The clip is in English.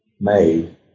made